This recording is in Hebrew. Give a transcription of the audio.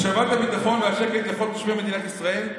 והיא השבת הביטחון והשקט לכל תושבי מדינת ישראל.